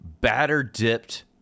batter-dipped